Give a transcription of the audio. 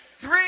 Three